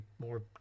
more